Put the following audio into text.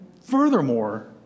furthermore